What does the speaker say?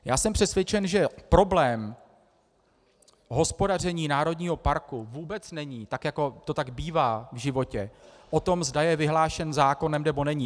Já jsem přesvědčen, že problém hospodaření národního parku vůbec není, tak jako to tak bývá v životě, o tom, zda je vyhlášen zákonem, nebo není.